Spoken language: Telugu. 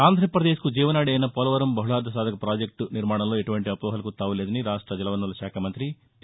ఆంధ్రప్రదేశ్కు జీవనాడి అయిన పోలవరం బహుళార్ద సాధక ప్రాజెక్టు నిర్మాణంలో ఎటువంటి అపోహలకు తావు లేదని రాష్ట జలవనరుల శాఖ మంతి పి